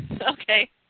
okay